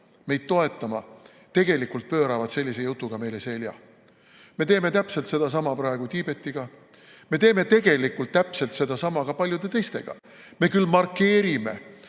meid toetama, tegelikult pööravad sellise jutuga meile selja.Me teeme täpselt sedasama praegu Tiibetiga. Me teeme tegelikult täpselt sedasama ka paljude teistega. Me küll markeerime,